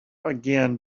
again